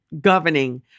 governing